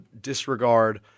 disregard